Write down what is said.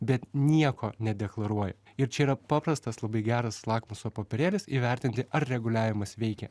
bet nieko nedeklaruoja ir čia yra paprastas labai geras lakmuso popierėlis įvertinti ar reguliavimas veikia